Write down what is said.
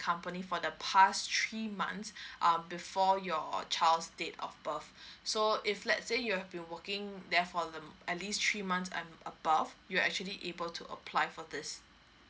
company for the past three months err before your child's date of birth so if let's say your've been working there for the at least three months and above you actually able to apply for this